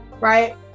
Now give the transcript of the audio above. right